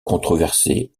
controversé